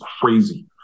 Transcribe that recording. crazy